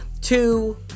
two